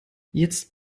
jetzt